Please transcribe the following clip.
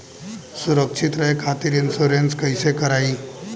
सुरक्षित रहे खातीर इन्शुरन्स कईसे करायी?